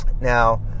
Now